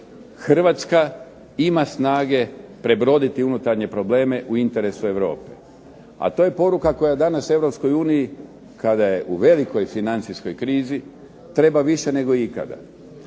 Hrvatska ima snage prebroditi unutarnje probleme u interesu Europe. A to je poruka koja danas Europskoj uniji kada je u velikoj financijskoj krizi treba više nego ikada.